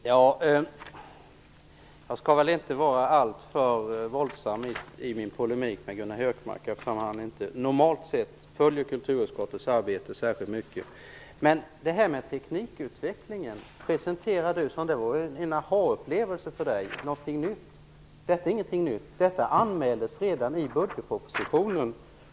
Herr talman! Jag skall väl inte vara alltför våldsam i min polemik med Gunnar Hökmark eftersom han normalt sett inte följer kulturutskottets arbete särskilt mycket. Han presenterar detta med teknikutvecklingen som om det var en aha-upplevelse för honom, som om det var något nytt. Detta är ingenting nytt. Det anmäldes redan i budgetpropositionen.